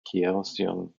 kaohsiung